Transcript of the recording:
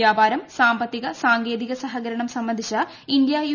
വൃാപരം സാമ്പത്തിക സാങ്കേതിക സഹകരണം സംബന്ധിച്ച് ഇന്ത്യ യു